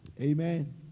Amen